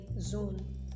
zone